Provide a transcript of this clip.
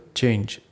change